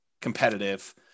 competitive